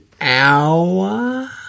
hour